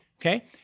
okay